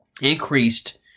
increased